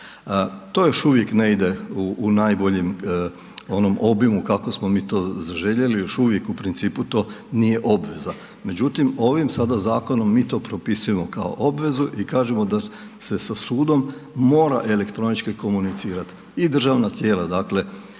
To još uvijek ne ide u najboljem onom obimu kako smo mi to zaželjeli, još uvijek u principu to nije obveza. Međutim, ovim sada to zakonom mi to propisujemo kao obvezu i kažemo da se sa sudom mora elektronički komunicirati i državna tijela dakle